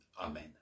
Amen